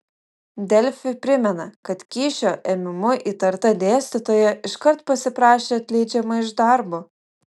delfi primena kad kyšio ėmimu įtarta dėstytoja iškart pasiprašė atleidžiama iš darbo